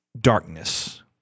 darkness